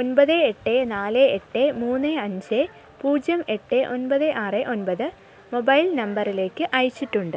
ഒൻപത് എട്ട് നാല് എട്ട് മൂന്ന് അഞ്ച് പൂജ്യം എട്ട് ഒൻപത് ആറ് ഒൻപത് മൊബൈൽ നമ്പറിലേക്ക് അയച്ചിട്ടുണ്ട്